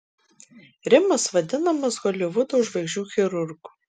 rimas vadinamas holivudo žvaigždžių chirurgu